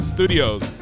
Studios